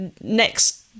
next